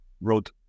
wrote